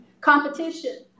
competition